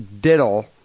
diddle